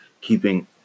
keeping